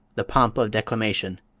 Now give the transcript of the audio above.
the pomp of declamation,